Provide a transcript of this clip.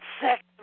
sex